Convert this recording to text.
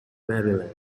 maryland